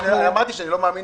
אמרתי שאני לא מאמין